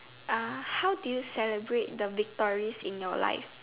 uh how do you celebrate the victories in your life